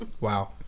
Wow